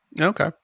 Okay